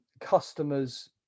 customers